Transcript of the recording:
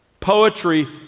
poetry